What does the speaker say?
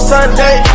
Sunday